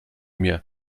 mir